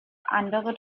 andere